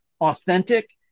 authentic